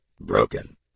broken